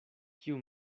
kiu